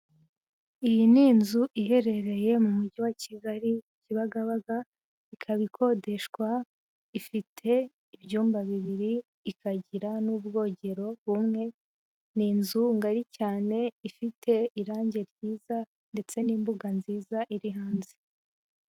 Iyi ni inzu iherereye mu mujyi wa Kigali Kibagabaga, ikaba ikodeshwa, ifite ibyumba bibiri, ikagira n'ubwogero bumwe, ni inzu ngari cyane, ifite irange ryiza ndetse n'imbuga nziza iri hanze.